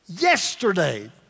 Yesterday